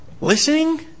listening